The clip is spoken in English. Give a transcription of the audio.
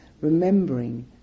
remembering